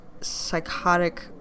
psychotic